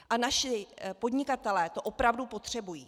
A naši podnikatelé to opravdu potřebují.